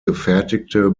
gefertigte